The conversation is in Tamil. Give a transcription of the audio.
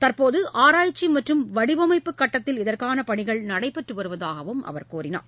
தற்போது ஆராய்ச்சி மற்றும் வடிவமைப்புக் கட்டத்தில் இதற்கான பணிகள் நடைபெற்று வருவதாகவும் அவர் கூறினார்